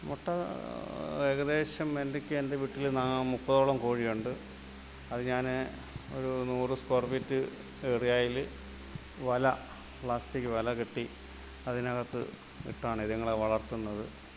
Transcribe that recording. മുട്ട ഏകദേശം എനിക്ക് എൻ്റെ വീട്ടിൽ മുപ്പതോളം കോഴിയുണ്ട് അത് ഞാൻ ഒരു നൂറു സ്ക്വയർ ഫീറ്റ് ഏരിയയിൽ വല പ്ലാസ്റ്റിക് വല കെട്ടി അതിനകത്ത് ഇട്ടാണ് ഇതുങ്ങളെ വളർത്തുന്നത്